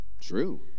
True